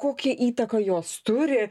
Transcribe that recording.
kokią įtaką jos turi